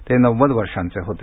ते नव्वद वर्षांचे होते